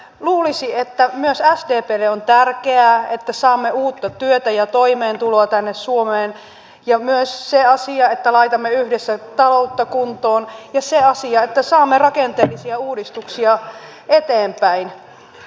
luulisi että myös sdplle on tärkeää että saamme uutta työtä ja toimeentuloa tänne suomeen ja myös se asia että laitamme yhdessä taloutta kuntoon ja se asia että saamme rakenteellisia uudistuksia eteenpäin